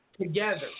together